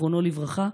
זיכרונו לברכה,